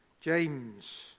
James